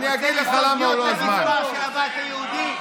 רוצה לסתום פיות לגזבר של הבית היהודי,